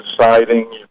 siding